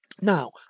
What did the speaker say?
Now